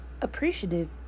Appreciative